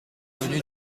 avenue